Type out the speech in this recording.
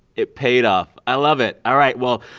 it paid off. i love it all right. well,